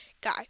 guy